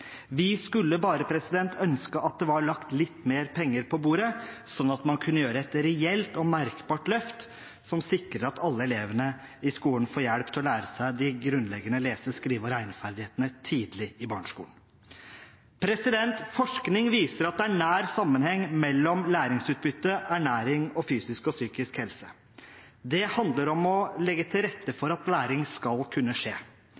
Vi skulle bare ønske at det var lagt litt mer penger på bordet, slik at man kunne gjort et reelt og merkbart løft, som sikrer at alle elevene i skolen får hjelp til å lære seg de grunnleggende lese-, skrive- og regneferdighetene tidlig i barneskolen. Forskning viser at det er nær sammenheng mellom læringsutbytte, ernæring og fysisk og psykisk helse. Det handler om å legge til rette for at læring skal kunne skje.